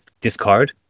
discard